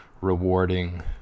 rewarding